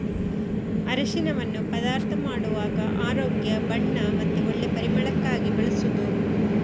ಅರಸಿನವನ್ನ ಪದಾರ್ಥ ಮಾಡುವಾಗ ಆರೋಗ್ಯ, ಬಣ್ಣ ಮತ್ತೆ ಒಳ್ಳೆ ಪರಿಮಳಕ್ಕಾಗಿ ಬಳಸುದು